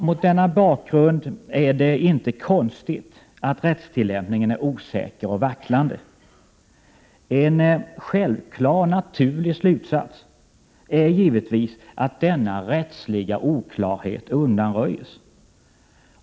Mot denna bakgrund är det inte konstigt att rättstillämpningen är osäker och vacklande. En självklar och naturlig slutsats är givetvis att denna rättsliga oklarhet undanröjas.